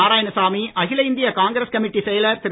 நாராயணசாமி அகில இந்திய காங்கிரஸ் கமிட்டி செயலர் திரு